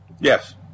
Yes